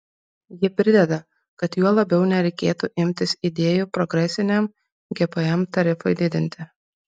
ji prideda kad juo labiau nereikėtų imtis idėjų progresiniam gpm tarifui didinti